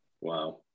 Wow